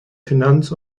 finanz